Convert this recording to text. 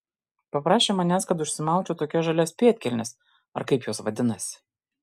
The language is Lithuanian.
paprašė manęs kad užsimaučiau tokias žalias pėdkelnes ar kaip jos vadinasi